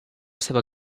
seva